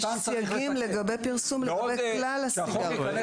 יש סייגים לגבי פרסום לגבי כלל הסיגריות,